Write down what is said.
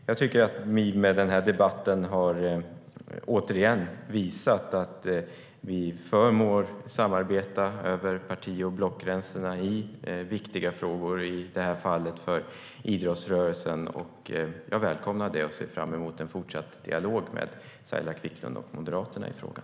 Jag tycker att vi med den här debatten återigen har visat att vi förmår samarbeta över parti och blockgränserna i viktiga frågor - i det här fallet handlar det om idrottsrörelsen. Jag välkomnar det och ser fram emot en fortsatt dialog med Saila Quicklund och Moderaterna i frågan.